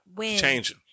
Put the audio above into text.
change